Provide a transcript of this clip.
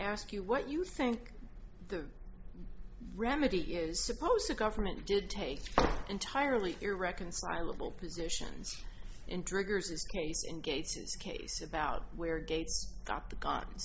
ask you what you think the remedy is supposed to government did take entirely irreconcilable positions in triggers this case in gates case about where gates got the gun